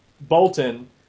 Bolton